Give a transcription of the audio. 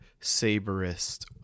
Saberist